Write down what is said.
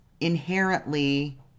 inherently